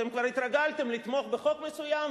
כבר התרגלתם לתמוך בחוק מסוים,